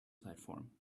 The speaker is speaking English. platform